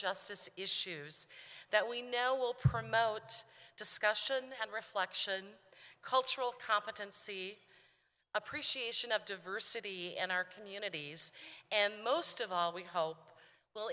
justice issues that we know will promote discussion and reflection cultural competency appreciation of diversity in our communities and most of all we hope will